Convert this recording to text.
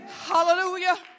Hallelujah